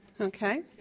Okay